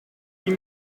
huit